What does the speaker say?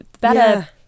better